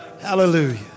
Hallelujah